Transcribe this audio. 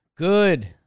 Good